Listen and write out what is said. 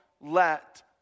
let